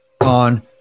on